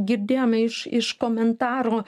girdėjome iš iš komentaro